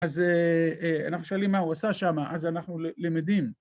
‫אז אנחנו שואלים מה הוא עשה שמה, ‫אז אנחנו למדים.